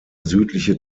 südliche